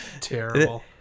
terrible